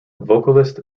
vocalist